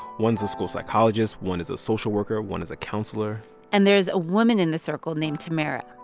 one's a school psychologist. one is a social worker. one is a counselor and there is a woman in the circle named tamara.